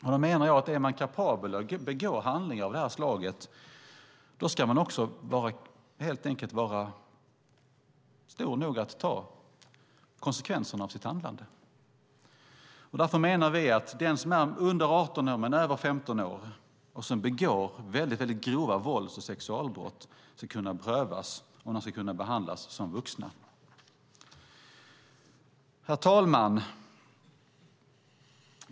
Därför menar jag att om man är kapabel att utföra handlingar av det slaget ska man helt enkelt också vara stor nog att ta konsekvenserna av sitt handlande. Vi menar således att de som är under 18 men över 15 år och begår grova vålds eller sexualbrott ska kunna prövas om de kan behandlas som vuxna. Herr talman!